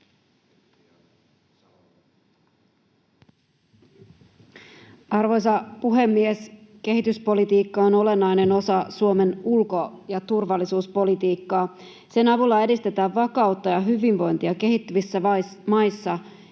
Arvoisa puhemies! Kehityspolitiikka on olennainen osa Suomen ulko‑ ja turvallisuuspolitiikkaa. Sen avulla edistetään vakautta ja hyvinvointia kehittyvissä maissa,